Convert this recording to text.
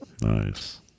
Nice